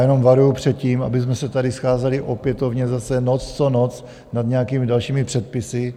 Jenom varuji před tím, abychom se tady scházeli opětovně zase noc co noc nad nějakými dalšími předpisy.